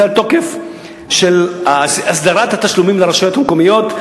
לתוקף של הסדרת התשלומים לרשויות המקומיות.